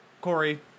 Corey